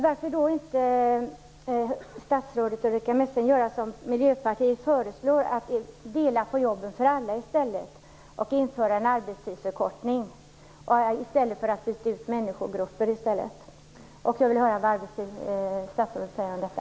Varför då inte, statsrådet Ulrica Messing, göra som Miljöpartiet föreslår, nämligen dela på jobben för alla och införa arbetstidsförkortning i stället för att byta ut människogrupper? Jag vill höra vad statsrådet säger om detta.